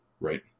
right